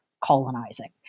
colonizing